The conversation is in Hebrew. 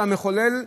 זה המחולל,